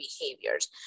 behaviors